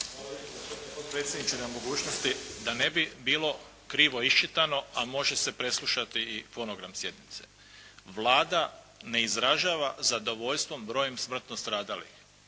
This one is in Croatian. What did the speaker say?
gospodine potpredsjedniče na mogućnosti. Da ne bi bilo krivo iščitano a može se preslušati i fonogram sjednice. Vlada ne izražava zadovoljstvo brojem smrtno stradalih,